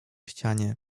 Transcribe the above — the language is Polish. ścianie